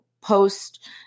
post